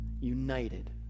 united